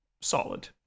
solid